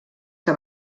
que